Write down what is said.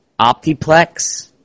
Optiplex